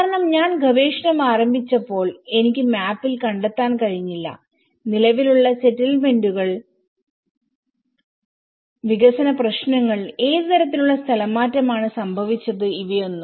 കാരണം ഞാൻ ഗവേഷണം ആരംഭിച്ചപ്പോൾ എനിക്ക് മാപ്പിൽ കണ്ടെത്താൻ കഴിഞ്ഞില്ല നിലവിലുള്ള സെറ്റിൽമെന്റുകൾ വികസന പ്രശ്നങ്ങൾ ഏത് തരത്തിലുള്ള സ്ഥലമാറ്റമാണ് സംഭവിച്ചത് ഇവയൊന്നും